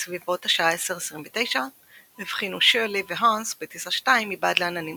בסביבות השעה 1029 הבחינו שירלי והארמס בטיסה 2 מבעד לעננים